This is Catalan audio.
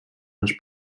els